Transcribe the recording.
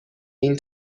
این